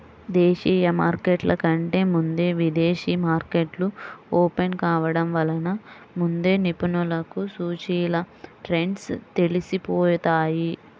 దేశీయ మార్కెట్ల కంటే ముందే విదేశీ మార్కెట్లు ఓపెన్ కావడం వలన ముందే నిపుణులకు సూచీల ట్రెండ్స్ తెలిసిపోతాయి